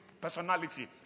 personality